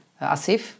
Asif